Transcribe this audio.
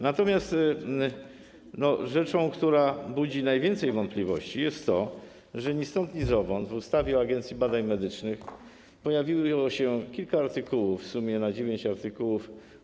Natomiast rzeczą, która budzi najwięcej wątpliwości, jest to, że ni stąd, ni zowąd w ustawie o Agencji Badań Medycznych pojawiło się kilka artykułów - w sumie na dziewięć artykułów.